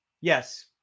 Yes